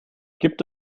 gibt